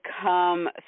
come